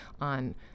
on